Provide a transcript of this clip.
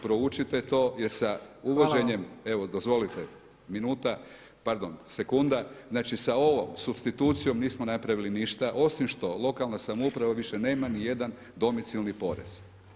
Proučite to jer sa uvođenje, evo dozvolite minuta, pardon sekunda, znači sa ovom supstitucijom nismo napravili ništa osim što lokalna samouprava evo više nema ni jedan domicilni porez.